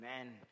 amen